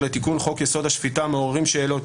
לתיקון חוק-יסוד: השפיטה מעוררים שאלות: